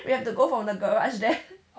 we have to go from the garage there